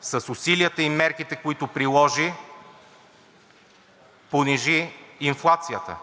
с усилията и мерките, които приложи, понижи инфлацията.